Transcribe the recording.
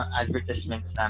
advertisements